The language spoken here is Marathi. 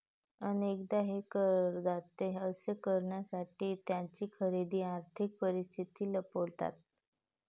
अनेकदा हे करदाते असे करण्यासाठी त्यांची खरी आर्थिक परिस्थिती लपवतात